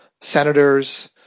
senators